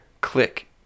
click